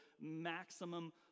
maximum